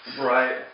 Right